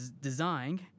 design